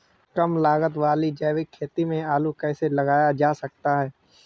कम लागत वाली जैविक खेती में आलू कैसे लगाया जा सकता है?